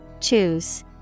Choose